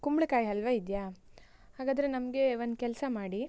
ಕುಂಬಳಕಾಯಿ ಹಲ್ವಾ ಇದೆಯಾ ಹಾಗಾದರೆ ನಮಗೆ ಒಂದು ಕೆಲಸ ಮಾಡಿ